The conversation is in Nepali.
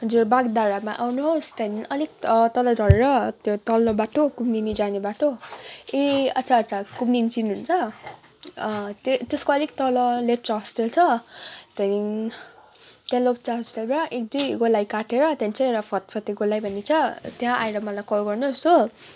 हजुर बागधारामा आउनुहोस् त्यहाँदेखि अलिक तल झरेर त्यो तल्लो बाटो कुमदिनी जाने बाटो ए अच्छा अच्छा कुमदिनी चिन्नुहुन्छ अँ ते त्यस्को अलिक तल लेप्चा हस्टेल छ त्यहाँदेखि त्यहाँ लेप्चा हस्टेलबाट एक दुई गोलाई काटेर त्यहाँदेखि चाहिँ एउटा फत्फते गोलाइ भन्ने छ त्यहाँ आएर मलाई कल गर्नुहोस् हो